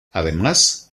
además